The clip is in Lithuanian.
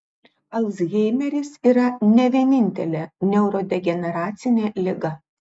alzheimeris yra ne vienintelė neurodegeneracinė liga